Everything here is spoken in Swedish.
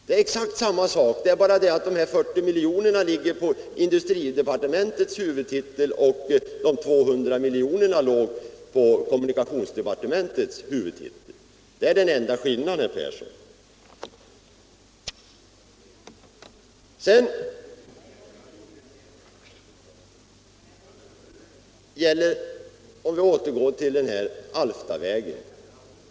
Den enda skillnaden är att de 40 miljonerna föreslås under industridepartementets huvudtitel och de 200 miljonerna anslogs under kommunikationsdepartementets huvudtitel. Låt mig återgå till Alftavägen.